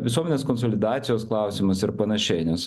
visuomenės konsolidacijos klausimas ir panašiai nes